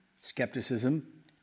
skepticism